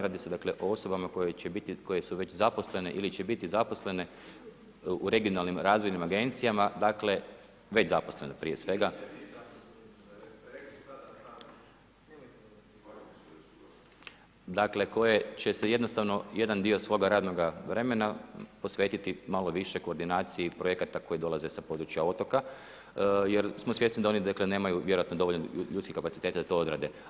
Radi se dakle o osobama koje će biti, koje su već zaposlene ili će biti zaposlene u regionalnim razvojnim agencijama, dakle već zaposlene prije svega. … [[Upadica se ne čuje.]] Dakle, koje će se jednostavno jedan dio svoga radnoga vremena posvetiti malo više koordinaciji projekata koje dolaze sa područja otoka jer smo svjesni da oni dakle nemaju vjerojatno dovoljno ljudskih kapaciteta da to odrade.